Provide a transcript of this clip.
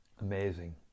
Amazing